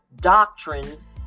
doctrines